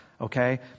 okay